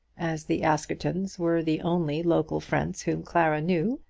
as the askertons were the only local friends whom clara knew,